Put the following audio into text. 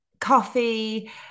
coffee